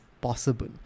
possible